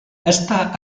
està